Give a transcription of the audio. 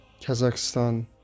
Kazakhstan